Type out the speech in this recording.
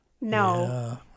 no